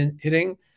hitting